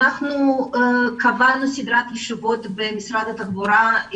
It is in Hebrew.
קבענו סדרת ישיבות במשרד התחבורה.